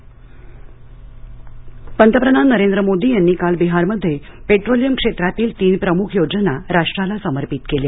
petroleum पंतप्रधान नरेंद्र मोदी यांनी काल बिहारमध्ये पेट्रोलियम क्षेत्रातील तीन प्रमुख योजना राष्ट्राला समर्पित केल्या